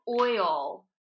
oil